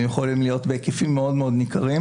יכולים להיות בהיקפים מאוד מאוד ניכרים